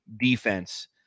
defense